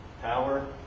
Power